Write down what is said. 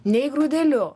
nei grūdeliu